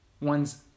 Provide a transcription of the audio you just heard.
one's